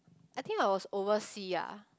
I think I was oversea ah